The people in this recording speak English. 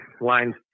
lines